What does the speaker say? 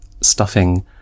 stuffing